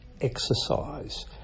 exercise